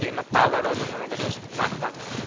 તો એમાં પાલ અડાજણનું એડ્રેસ નાખવાનું છે